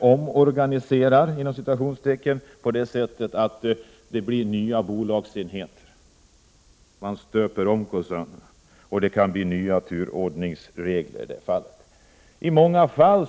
”omorganiserar” så att det blir nya bolagsenheter. Man stöper om koncernerna, och det kan bli nya turordningsregler i det fallet.